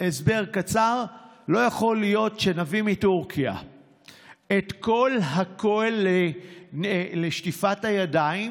הסבר קצר: לא יכול להיות שנביא מטורקיה את כל הכוהל לשטיפת הידיים